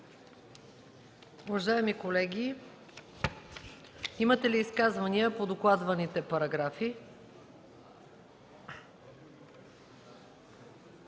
Уважаеми колеги, имате ли изказвания по докладваните параграфи?